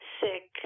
sick